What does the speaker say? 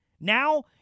Now